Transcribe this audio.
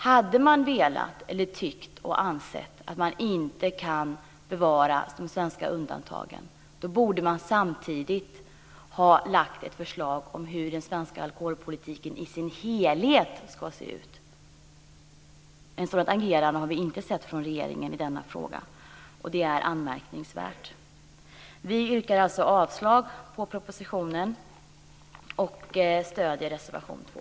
Hade man tyckt och ansett att man inte kan bevara de svenska undantagen, borde man samtidigt ha lagt fram ett förslag till hur den svenska alkoholpolitiken i sin helhet ska se ut. Ett sådant agerande har vi inte sett från regeringen i denna fråga, och det är anmärkningsvärt. Jag yrkar avslag på propositionen och stöder reservation 2.